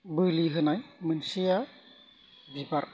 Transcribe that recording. बोलि होनाय मोनसेया बिबार